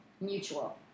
mutual